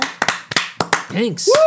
Thanks